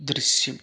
ദൃശ്യം